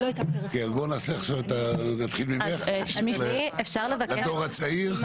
טוב, נתחיל ממך, הדור הצעיר.